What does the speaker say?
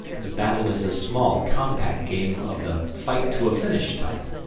the battle is a small, compact game of the fight-to-a-finish type,